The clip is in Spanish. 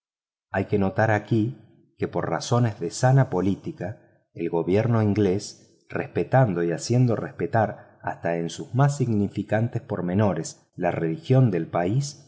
hay que notar aquí que por razones de sana política el gobierno inglés respetando y haciendo respetar hasta en sus más insignificantes pormenores la religión del país